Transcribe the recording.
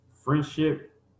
friendship